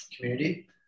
community